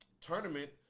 tournament